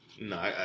No